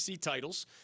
titles